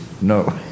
No